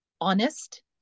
honest